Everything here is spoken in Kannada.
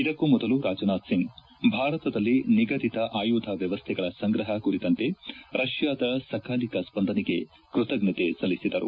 ಇದಕೂ ಮೊದಲು ರಾಜನಾಥ್ಸಿಂಗ್ ಭಾರತದಲ್ಲಿ ನಿಗದಿತ ಆಯುಧ ವ್ನವಸ್ಸೆಗಳ ಸಂಗ್ರಪ ಕುರಿತಂತೆ ರಷ್ನಾದ ಸಕಾಲಿಕ ಸ್ಲಂದನೆಗೆ ಕ್ಷತಜ್ಞತೆ ಸಲ್ಲಿಸಿದರು